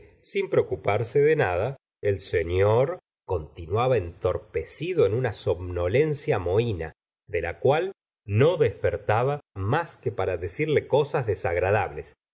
sin preocuparse de nada el señor continuaba entorpecido en una somnolencia mohina de la cual no despertaba más que para decirle cosas desagradables